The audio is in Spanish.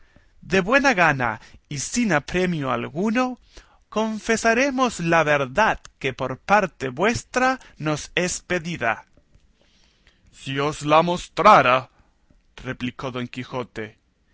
de buena gana y sin apremio alguno confesaremos la verdad que por parte vuestra nos es pedida si os la mostrara replicó don quijote